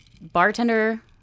bartender